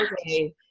okay